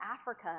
Africa